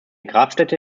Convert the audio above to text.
grabstätte